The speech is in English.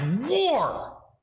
war